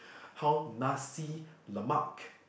how nasi-lemak